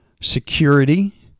Security